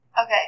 Okay